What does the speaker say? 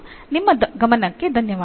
ನಿಮ್ಮ ಗಮನಕ್ಕೆ ಧನ್ಯವಾದಗಳು